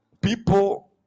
people